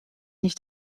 nicht